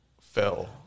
fell